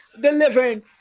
delivering